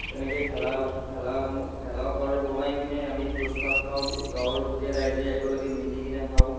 তেনেকৈ ভেলা ভেলা ভেলাঘৰ বনাই কিনে আমি ভোজ ভাত খাওঁ গাঁৱৰ গোটেই ৰাইজে একেলগে মিলি কিনে খাওঁ